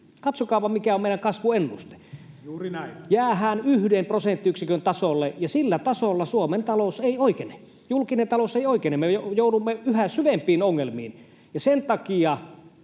Katsokaapa, mikä on meidän kasvuennuste. Jäädään yhden prosenttiyksikön tasolle, ja sillä tasolla Suomen talous ei oikene. Julkinen talous ei oikene. Me joudumme yhä syvempiin ongelmiin, ja sen takia